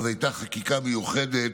הייתה אז חקיקה מיוחדת,